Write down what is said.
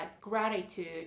gratitude